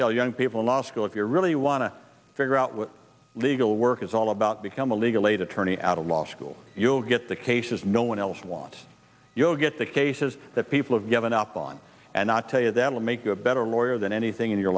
tell young people in law school if you really want to figure out what legal work is all about become a legal aid attorney out of law school you'll get the cases no one else want you'll get the cases that people have given up on and not tell you that will make a better lawyer than anything in your